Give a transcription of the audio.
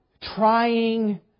trying